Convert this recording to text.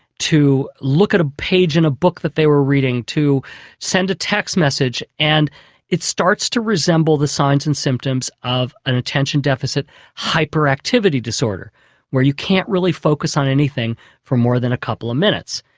to look at a page in a book that they were reading, to send a text message and it starts to resemble the signs and symptoms of an attention deficit hyperactivity disorder where you can't really focus on anything for more than a couple of minutes.